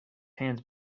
hands